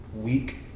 week